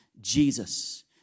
Jesus